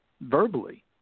verbally